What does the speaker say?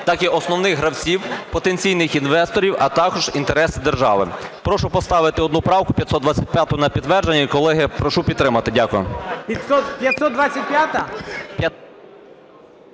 так і основних гравців, потенційних інвесторів, а також інтереси держави. Прошу поставити одну правку 52… (не чути) на підтвердження і, колеги, прошу підтримати. Дякую.